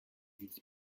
dudit